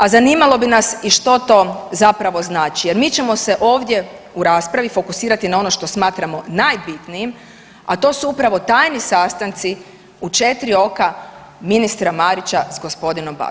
A zanimalo bi nas i što to zapravo znači jer mi ćemo se ovdje u raspravi fokusirati na ono što smatramo najbitnijim, a to su upravo tajni sastanci u četiri oka ministra Marića sa gospodinom Bašićem.